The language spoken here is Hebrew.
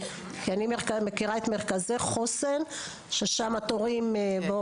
כי אני מכירה את מרכזי חוסן ששם הם לא